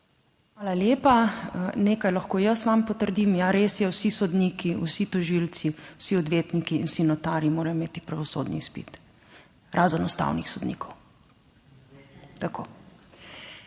Hvala lepa. Nekaj lahko jaz vam potrdim; ja, res je, vsi sodniki, vsi tožilci, vsi odvetniki, vsi notarji morajo imeti pravosodni izpit, razen ustavnih sodnikov. Tako.